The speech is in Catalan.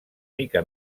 mica